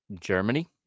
Germany